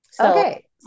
Okay